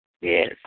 Yes